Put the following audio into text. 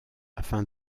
afin